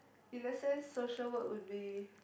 in a sense social work will be